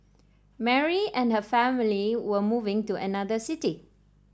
Mary and her family were moving to another city